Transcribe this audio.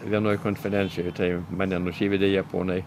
vienoj konferencijoj tai mane nusivedė japonai